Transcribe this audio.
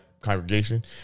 congregation